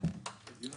לדיון